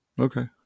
okay